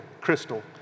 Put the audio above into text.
Crystal